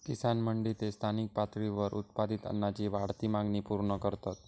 किसान मंडी ते स्थानिक पातळीवर उत्पादित अन्नाची वाढती मागणी पूर्ण करतत